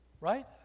Right